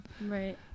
Right